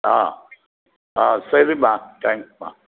ஆ ஆ சரிம்மா தேங்க்ஸ்மா